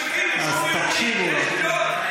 אז תקשיבו לו.